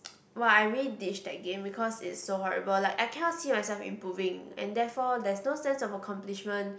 [wah] I really ditch that game because it's so horrible like I cannot see myself improving and therefore there is no sense of accomplishment